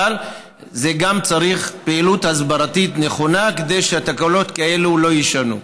אבל צריך גם פעילות הסברתית נכונה כדי שהתקלות האלה לא יישנו.